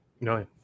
No